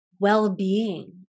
well-being